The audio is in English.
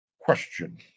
Question